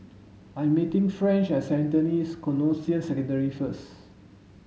I am meeting French at Saint Anthony's Canossian Secondary first